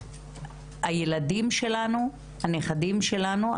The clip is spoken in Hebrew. הילדים שלנו הנכדים שלנו,